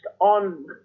on